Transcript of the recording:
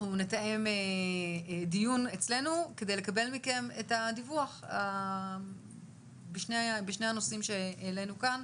נתאם דיון אצלנו כדי לקבל מכם את הדיווח בשני הנושאים שהעלינו כאן.